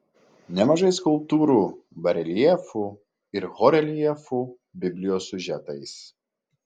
nemažai skulptūrų bareljefų ir horeljefų biblijos siužetais